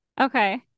okay